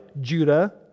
Judah